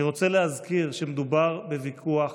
אני רוצה להזכיר שמדובר בוויכוח